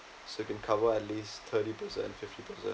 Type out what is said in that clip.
so can cover at least thirty percent fifty percent